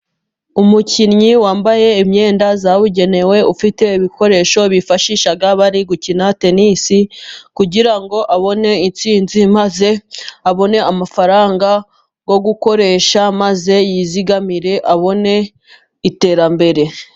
Umukinnyi wambaye imyenda yabugenewe, ufite ibikoresho bifashisha bari gukina Tenisi, kugira ngo abone insinzi, maze abone amafaranga yo gukoresha, maze yizigamire abone iterambere.